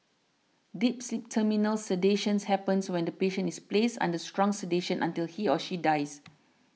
deep sleep terminal sedation happens when the patient is placed under strong sedation until he or she dies